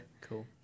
cool